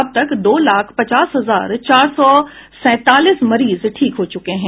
अब तक दो लाख पचास हजार चार सौ सेंतालीस मरीज ठीक हुए हैं